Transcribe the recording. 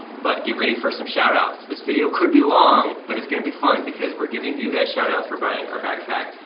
but get ready for some shout-outs. this video could be long, but it's gonna be fun, because we're giving you guys shout-outs for buying our backpack.